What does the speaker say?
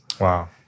Wow